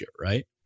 right